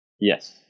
Yes